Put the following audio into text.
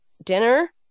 dinner